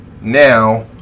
now